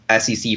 SEC